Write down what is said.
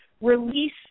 release